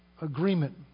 agreement